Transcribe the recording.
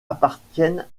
appartiennent